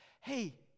hey